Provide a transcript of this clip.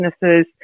businesses